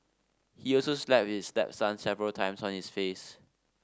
he also slapped his stepson several times on his face